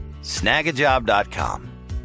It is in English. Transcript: snagajob.com